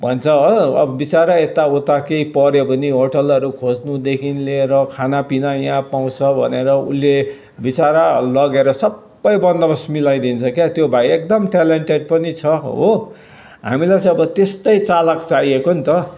भन्छ हो अब बिचरा यता उता केही पर्यो भने होटेलहरू खोज्नुदेखि लिएर खाना पिना यहाँ पाउँछ भनेर उसले बिचरा लगेर सबै बन्दोबस्त मिलाइदिन्छ क्या त्यो भाइ एकदम टेलेन्टेड पनि छ हो हामीलाई चाहिँ अब त्यस्तै चालक चाहिएको नि त